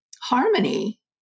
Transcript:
harmony